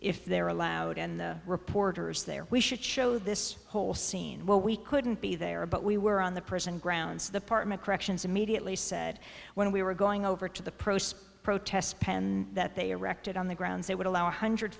if they're allowed in the reporters there we should show this whole scene where we couldn't be there but we were on the person grounds the partment corrections immediately said when we were going over to the protest pen that they arrested on the grounds that would allow one hundred